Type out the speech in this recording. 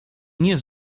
nie